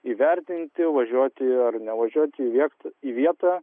įvertinti važiuoti ar nevažiuoti į viet į vietą